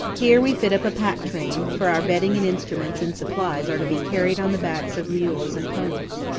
here we fit up a pack train, for our bedding and instruments and supplies are to be carried on the backs of mules and ponies.